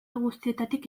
guztietatik